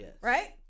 right